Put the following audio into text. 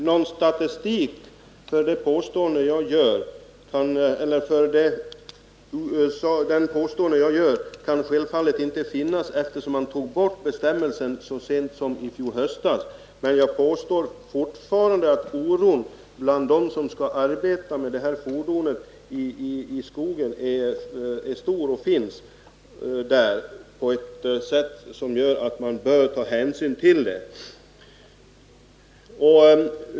Herr talman! Någon statistik som styrker det påstående jag gör kan självfallet inte finnas, eftersom bestämmelsen togs bort så sent som i fjol höst. Men jag påstår fortfarande att oron bland dem som skall arbeta med de här fordonen i skogen finns där och är så stor att man bör ta hänsyn till den.